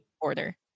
order